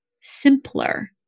simpler